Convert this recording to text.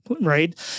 right